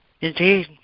indeed